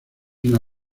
una